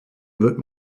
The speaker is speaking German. wird